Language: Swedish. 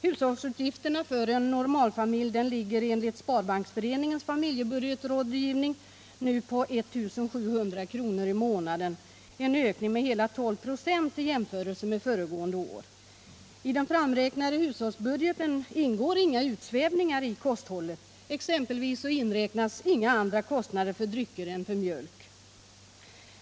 Hushållsutgifterna för en normalfamilj ligger enligt Sparbanksföreningens familjebudgetrådgivning nu på 1 700 kr. i månaden, vilket innebär en ökning med hela 12 96 i jämförelse med föregående år. I den framräknade hushållsbudgeten ingår inga utsvävningar i kosthållet; där inräknas exempelvis inga andra kostnader för drycker än för mjölk.